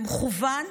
במכוון,